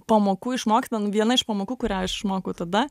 pamokų išmokta nu viena iš pamokų kurią aš išmokau tada